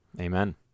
Amen